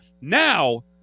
now